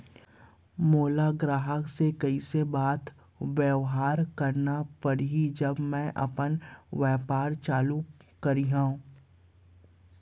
मोला ग्राहक से कइसे बात बेवहार करना पड़ही जब मैं अपन व्यापार चालू करिहा?